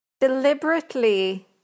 deliberately